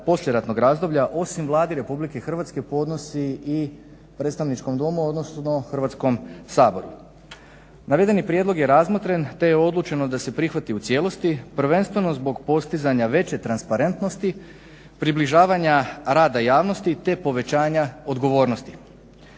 poslijeratnog razdoblja osim Vlade RH podnosi i predstavničkom domu odnosno Hrvatskom saboru. Navedeni prijedlog je razmotren te je odlučeno da se prihvati u cijelosti prvenstveno zbog postizanja veće transparentnosti približavanja rada javnosti, te povećanja odgovornosti.